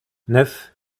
neuf